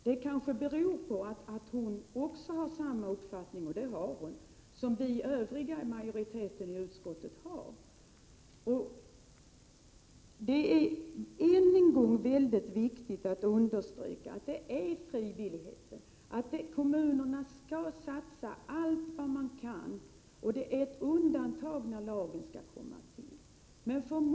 Det kanske beror på att hon har samma uppfattning — och det har hon — som vi övriga i utskottsmajoriteten har. Jag vill än en gång understryka att det är frivilligheten som gäller, att kommunerna skall satsa allt vad de kan och att det är undantag när lagen används.